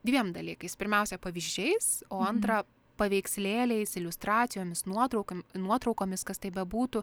dviem dalykais pirmiausia pavyzdžiais o antra paveikslėliais iliustracijomis nuotraukom nuotraukomis kas tai bebūtų